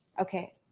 okay